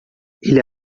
ele